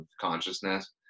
consciousness